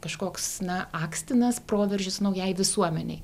kažkoks na akstinas proveržis naujai visuomenei